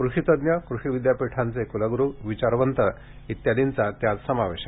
कृषी तज्ञ कृषी विद्यापीठांचे कुलगुरू विचारवंत आदींचा यांत समावेश आहे